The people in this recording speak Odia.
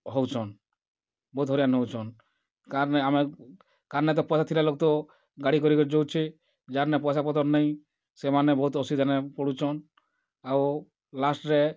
ହେଉଛନ୍ ବହୁତ୍ ହଇରାଣ୍ ହେଉଛନ୍ କା'ର୍ ନେ ଆମେ କା'ର୍ ନେ ତ ପଇସା ଥିଲେ ଲୋକ୍ ତ ଗାଡ଼ି କରି କରି ଯାଉଛେ ଯାହାର୍ ନେ ପଇସା ପତର୍ ନାଇଁ ସେମାନେ ବହୁତ୍ ଅସୁବିଧାନେ ପଡ଼ୁଛନ୍ ଆଉ ଲାଷ୍ଟ୍ ରେ